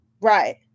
Right